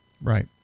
Right